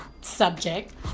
subject